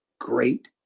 great